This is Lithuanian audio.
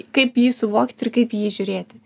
kaip jį suvokt ir kaip į jį žiūrėti